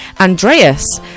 Andreas